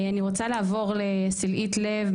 אני רוצה לעבור לסלעית לב,